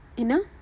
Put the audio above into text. என்ன:enna